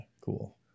Cool